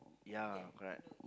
ya correct